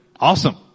awesome